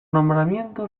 nombramiento